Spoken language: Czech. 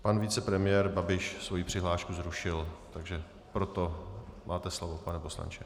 Pan vicepremiér Babiš svoji přihlášku zrušil, proto máte slovo, pane poslanče.